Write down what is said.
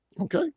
Okay